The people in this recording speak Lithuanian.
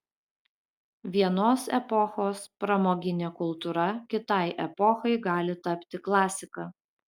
vienos epochos pramoginė kultūra kitai epochai gali tapti klasika